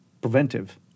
Preventive